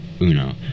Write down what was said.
Uno